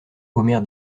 omer